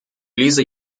lese